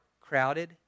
crowded